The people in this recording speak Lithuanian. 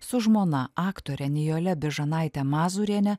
su žmona aktore nijole bižanaite mazūriene